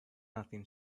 nothing